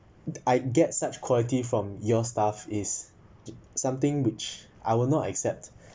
I get such quality from your staff is something which I will not accept